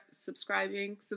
subscribing